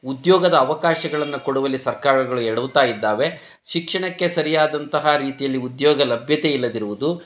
ಉದ್ಯೋಗದ ಅವಕಾಶಗಳನ್ನು ಕೊಡುವಲ್ಲಿ ಸರ್ಕಾರಗಳು ಎಡವ್ತಾ ಇದ್ದಾವೆ ಶಿಕ್ಷಣಕ್ಕೆ ಸರಿಯಾದಂತಹ ರೀತಿಯಲ್ಲಿ ಉದ್ಯೋಗ ಲಭ್ಯತೆ ಇಲ್ಲದಿರುವುದು